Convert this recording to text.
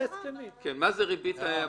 מה זה ריבית הבסיס?